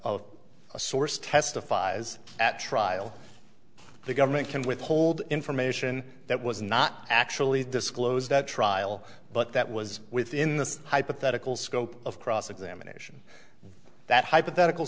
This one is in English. of a source testifies at trial the government can withhold information that was not actually disclosed that trial but that was within the hypothetical scope of cross examination that hypothetical